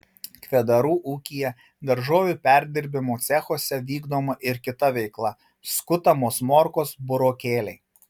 kvedarų ūkyje daržovių perdirbimo cechuose vykdoma ir kita veikla skutamos morkos burokėliai